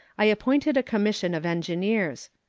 i appointed a commission of engineers.